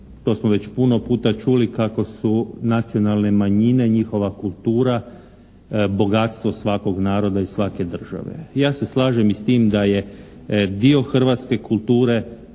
to smo već puno puta čuli kako su nacionalne manjine, njihova kultura bogatstvo svakog naroda i svake države. Ja se slažem i s time da je dio hrvatske kulture